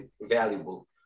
valuable